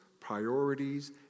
priorities